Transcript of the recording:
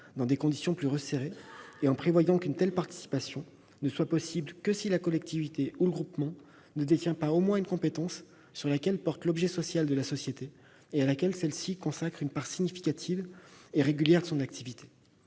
dans des conditions plus resserrées, en prévoyant qu'une telle participation ne soit possible que si la collectivité ou le groupement ne détient pas au moins une compétence sur laquelle porte l'objet social de la société et à laquelle celle-ci consacre une part significative et régulière de son activité.